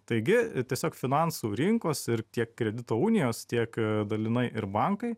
taigi tiesiog finansų rinkos ir tiek kredito unijos tiek dalinai ir bankai